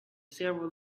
several